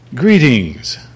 Greetings